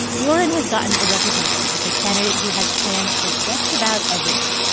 warren has gotten a reputation as the candidate who has plans for just about everything.